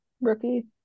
rookie